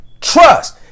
trust